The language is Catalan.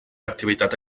activitat